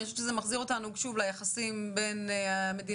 אני חושבת שזה מחזיר אותנו שוב ליחסים בין המדינה,